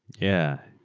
yeah.